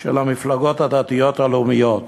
של המפלגות הדתיות הלאומיות.